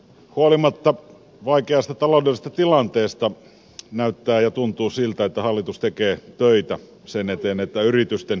huolimatta vaikeasta taloudellisesta tilanteesta näyttää ja tuntuu siltä että hallitus tekee töitä sen eteen että yritysten kilpailukyky paranee